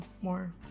more